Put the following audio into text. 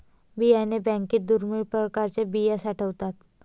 बियाणे बँकेत दुर्मिळ प्रकारच्या बिया साठवतात